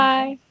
Bye